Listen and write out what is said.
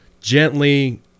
gently